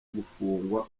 gufungwa